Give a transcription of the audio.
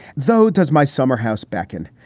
though does my summer house back in.